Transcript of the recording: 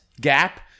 gap